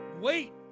wait